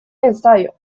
estadio